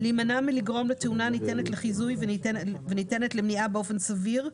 להימנע מלגרום תאונה הניתנת לחיזוי וניתנת למניעה באופן סביר,